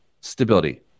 stability